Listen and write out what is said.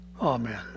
Amen